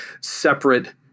separate